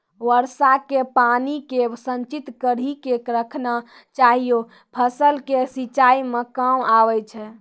वर्षा के पानी के संचित कड़ी के रखना चाहियौ फ़सल के सिंचाई मे काम आबै छै?